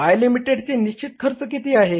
Ltd चे निश्चित खर्च किती आहे